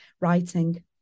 writing